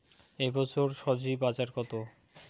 এ বছর স্বজি বাজার কত?